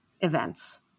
events